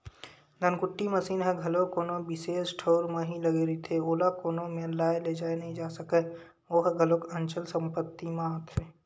धनकुट्टी मसीन ह घलो कोनो बिसेस ठउर म ही लगे रहिथे, ओला कोनो मेर लाय लेजाय नइ जाय सकय ओहा घलोक अंचल संपत्ति म आथे